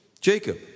Jacob